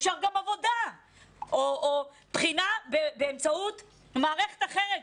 אפשר גם עבודה או בחינה באמצעות מערכת אחרת,